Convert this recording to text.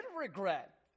regret